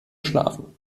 schlafen